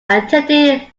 attended